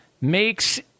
makes